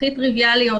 הכי טריוויאליות,